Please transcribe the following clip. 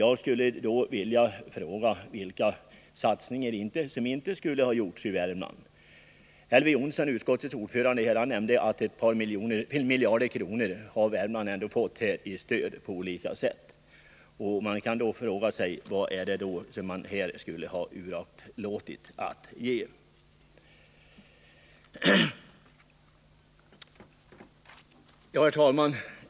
Jag skulle vilja fråga socialdemokraterna vilka satsningar som inte skulle ha gjorts i Värmland. Elver Jonsson, utskottets ordförande, nämnde att Värmland fått ett par miljarder kronor i stöd på olika sätt. Man kan då fråga sig vad som uraktlåtits. Herr talman!